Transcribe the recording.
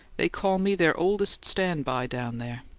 they call me their oldest stand-by down there.